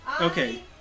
okay